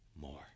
more